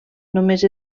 només